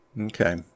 Okay